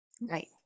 Right